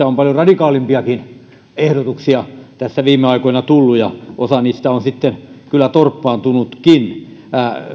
on paljon radikaalimpiakin ehdotuksia tässä viime aikoina tullut joista osa on sitten kyllä torppaantunutkin